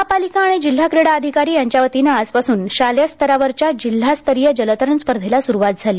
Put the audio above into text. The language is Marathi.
महापालिका आणि जिल्हा क्रीडा अधिकारी यांच्या वतीनं आजपासून शालेय स्तराच्या जिल्हास्तरीय जलतरण स्पर्धेला स्रुवात झाली